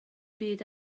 byd